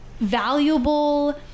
valuable